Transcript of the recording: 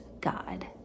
god